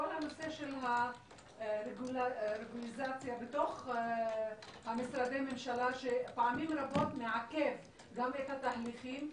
כל הנושא של הרגולציה בתוך משרדי הממשלה שפעמים רבות מעכב את התהליכים,